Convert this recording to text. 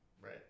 Right